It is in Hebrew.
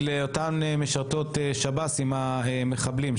היא לגבי אותן משרתות שב"ס באגפי המחבלים,